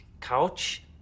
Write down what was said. couch